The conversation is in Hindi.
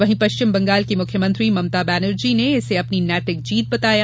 वहीं पश्चिम बंगाल की मुख्यमंत्री ममता बैनर्जी ने इसे अपनी नैतिक जीत बताया